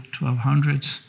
1200s